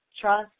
trust